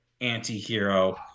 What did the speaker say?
anti-hero